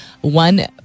One